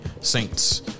Saints